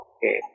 Okay